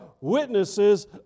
witnesses